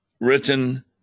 written